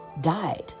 died